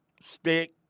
stick